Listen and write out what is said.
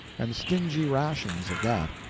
and stingy rations of that.